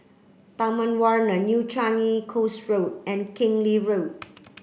Taman Warna New Changi Coast Road and Keng Lee Road